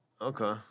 Okay